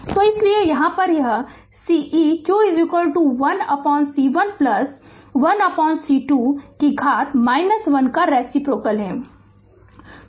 तो इसलिए यहाँ यह है Ce q 1C1 1C2 घात 1 के रेसिप्रोकल है